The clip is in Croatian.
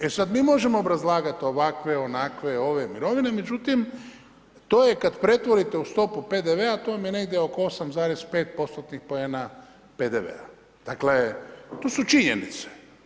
E sad, mi možemo obrazlagat ovakve, onakve, ove mirovine, međutim to je kad pretvorite u stopu PDV-a, to vam je negdje oko 8,5% poena PDV-a. dakle to su činjenice.